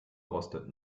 rostet